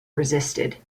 resisted